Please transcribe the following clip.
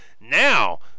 now